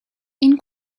این